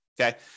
Okay